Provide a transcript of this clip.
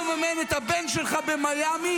--- מי מממן את הבן שלך במיאמי,